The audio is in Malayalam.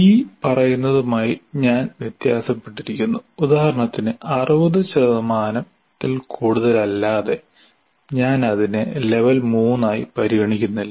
ഈ പറയുന്നതുമായി ഞാൻ വ്യത്യാസപ്പെട്ടിരിക്കുന്നു ഉദാഹരണത്തിന് 60 ത്തിൽ കൂടുതലല്ലാതെ ഞാൻ അതിനെ ലെവൽ 3 ആയി പരിഗണിക്കുന്നില്ല